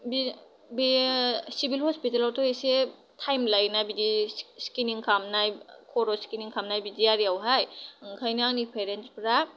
बेयो सिबिल हस्पिटेलावथ' एसे तायेम लायोना बिदि स्केनिं खालामनाय खर' स्केनिं खालामनाय बिदि आरियावहाय ओंखायनो आंनि पेरेन्टसफ्रा